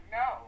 no